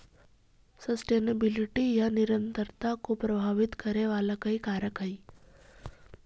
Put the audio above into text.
sustainability या निरंतरता को प्रभावित करे वाला कई कारक हई